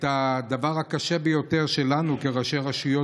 את הדבר הקשה ביותר שלנו כראשי רשויות: